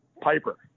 Piper